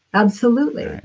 absolutely.